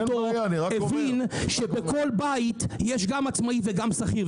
והבין שבכל בית יש גם עצמאי וגם שכיר.